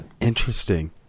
interesting